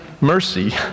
mercy